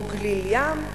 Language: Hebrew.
או גליל-ים,